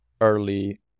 early